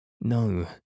No